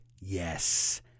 yes